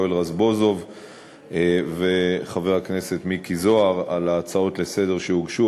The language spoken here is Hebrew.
יואל רזבוזוב וחבר הכנסת מיקי זוהר על ההצעות לסדר-היום שהוגשו,